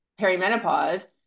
perimenopause